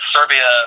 Serbia